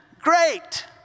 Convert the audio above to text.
great